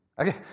Okay